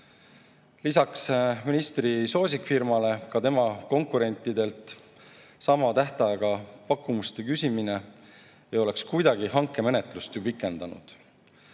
Lisaks ministri soosikfirmale ka tema konkurentidelt sama tähtajaga pakkumuste küsimine ei oleks kuidagi hankemenetlust pikendanud.